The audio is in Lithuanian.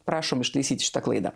prašom ištaisyti šitą klaidą